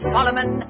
Solomon